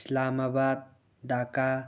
Islamabad Dhaka